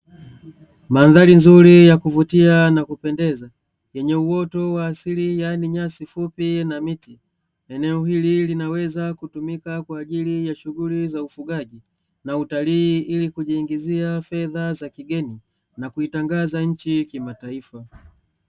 Mandhari nzuri ya kuvutia na kupendeza yenye uoto wa asili yaani nyasi fupi na miti. Eneo hili linaweza kutumika kwa ajili ya shughuli za ufugaji na utalii ili kujiingizia fedha za kigeni na kuitangaza nchi kimataifa.